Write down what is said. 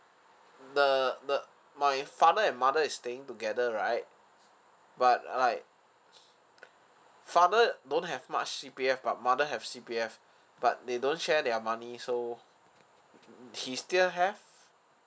the the my father and mother is staying together right but uh like father don't have much C_P_F but mother have C_P_F but they don't share their money so uh uh he still has